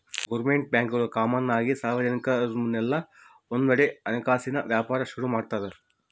government ಬ್ಯಾಂಕ್ಗುಳು common ಆಗಿ ಸಾರ್ವಜನಿಕುರ್ನೆಲ್ಲ ಒಂದ್ಮಾಡಿ ಹಣಕಾಸಿನ್ ವ್ಯಾಪಾರ ಶುರು ಮಾಡ್ತಾರ